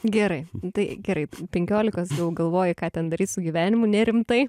gerai tai gerai penkiolikos daug galvojai ką ten daryt su gyvenimu nerimtai